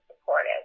supportive